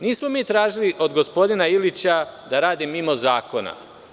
Nismo mi tražili od gospodina Ilića da radi mimo zakona.